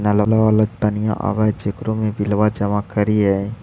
नलवा वाला पनिया आव है जेकरो मे बिलवा जमा करहिऐ?